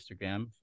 Instagram